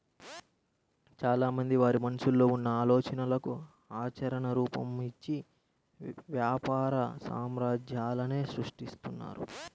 చాలామంది వారి మనసులో ఉన్న ఆలోచనలకు ఆచరణ రూపం, ఇచ్చి వ్యాపార సామ్రాజ్యాలనే సృష్టిస్తున్నారు